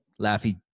Laffy